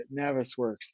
Navisworks